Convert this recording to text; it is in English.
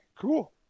cool